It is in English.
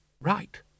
right